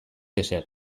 ezer